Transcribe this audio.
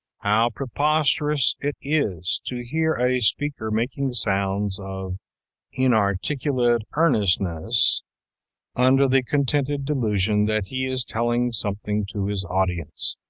how preposterous it is to hear a speaker making sounds of inarticulate earnestness under the contented delusion that he is telling something to his audience!